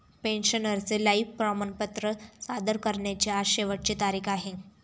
पेन्शनरचे लाइफ प्रमाणपत्र सादर करण्याची आज शेवटची तारीख आहे